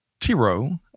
Tiro